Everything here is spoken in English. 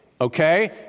okay